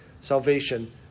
Salvation